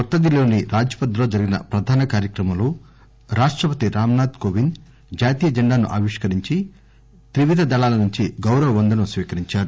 కొత్త ఢిల్లీలోని రాజ్ పథ్ లో జరిగిన ప్రధాన కార్యక్రమంలో రాష్టపతి రామ్ నాథ్ కోవింద్ జాతీయ జెండాను ఆవిష్కరించి త్రివిధ దళాల నుంచి గౌరవ వందనం స్వీకరించారు